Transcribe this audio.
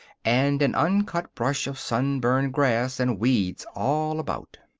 and an uncut brush of sunburned grass and weeds all about.